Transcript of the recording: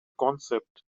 concept